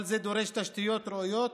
כל זה דורש תשתיות ראויות